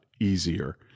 easier